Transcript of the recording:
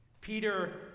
Peter